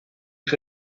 que